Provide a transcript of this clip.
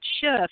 shift